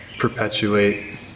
perpetuate